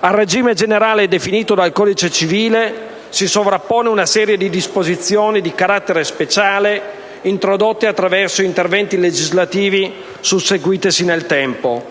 al regime generale definito dal codice civile si sovrappone una serie di disposizioni di carattere speciale, introdotte attraverso interventi legislativi susseguitisi nel tempo.